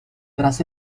tras